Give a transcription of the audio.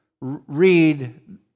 read